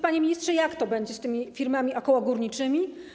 Panie ministrze, jak to będzie z tymi firmami okołogórniczymi?